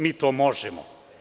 Mi to možemo.